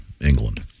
England